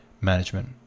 management